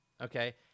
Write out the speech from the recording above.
Okay